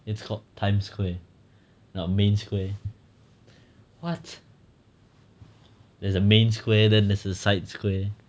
it's called times square not main square [what] there's a main square then the side square